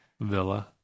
Villa